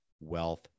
wealth